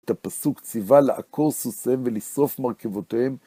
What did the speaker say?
את הפסוק ציווה לעקור סוסיהם ולשרוף מרכבותיהם.